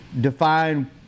define